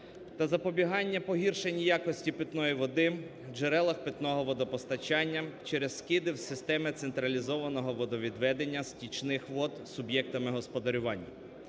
та запобігання погіршення якості питної води в джерелах питного водопостачання через скиди в системи централізованого водовідведення стічних вод суб'єктами господарювання.